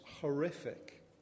horrific